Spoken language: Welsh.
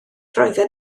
roedden